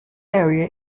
area